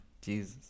Jesus